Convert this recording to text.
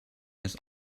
has